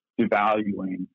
devaluing